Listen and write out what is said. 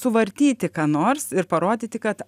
suvartyti ką nors ir parodyti kad